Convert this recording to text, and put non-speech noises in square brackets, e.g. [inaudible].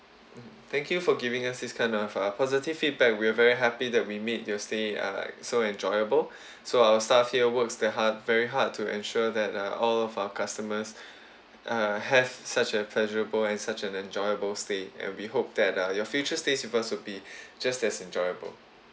mmhmm thank you for giving us this kind of uh positive feedback we're very happy that we made your stay uh like so enjoyable [breath] so our staff here works the hard very hard to ensure that uh all of our customers [breath] uh have such a pleasurable and such an enjoyable stay and we hope that uh your future stays with us will be [breath] just as enjoyable